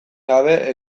gabe